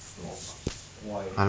lorbak why